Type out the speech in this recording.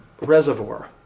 reservoir